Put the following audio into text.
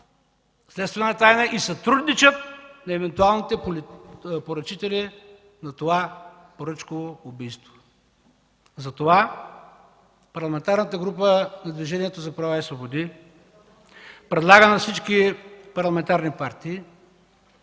следствена тайна и сътрудничат на евентуалните поръчители на това поръчково убийство?! Затова Парламентарната група на Движението за права и свободи предлага на всички парламентарни партии